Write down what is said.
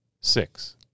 Six